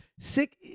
Sick